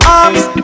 arms